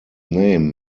name